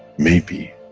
maybe,